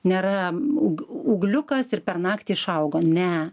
nėra ūgliukas ir per naktį išaugo ne